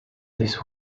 this